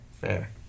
fair